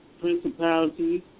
principalities